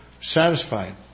satisfied